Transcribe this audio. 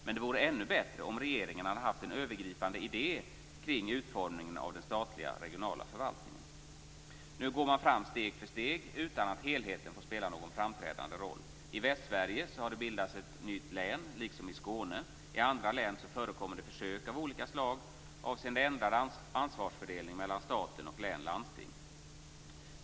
Men det vore ännu bättre om regeringen hade haft en övergripande idé kring utformningen av den statliga regionala förvaltningen. Nu går man fram steg för steg, utan att helheten fått spela någon framträdande roll. I Västsverige har det bildats ett nytt län, liksom i Skåne. I andra län förekommer försök av olika slag avseende ändrad ansvarsfördelning mellan stat och län/landsting.